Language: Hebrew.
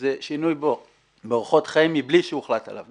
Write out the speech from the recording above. שזה שינוי באורחות חיים מבלי שהוחלט עליו,